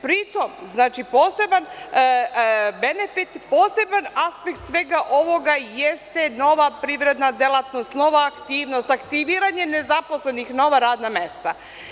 Pri tom, znači poseban benefit, poseban aspekat svega ovoga jeste nova privredna delatnost, nova aktivnost, aktiviranje nezaposlenih, nova radna mesta.